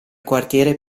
quartiere